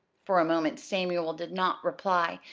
for a moment samuel did not reply.